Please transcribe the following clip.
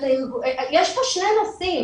יש פה שני נושאים,